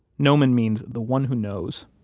gnomon means the one who knows